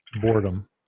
boredom